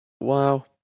Wow